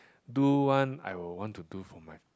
do one I will want to do for my